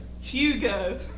Hugo